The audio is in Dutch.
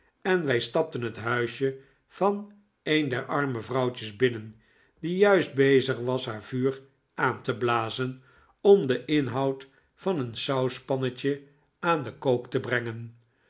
en wij stapten het huisje van een der arme vrouwtjes binnen die juist bozig was haar vuur aan te blazen om den inhoud van een sauspannetje aan de kook te brengen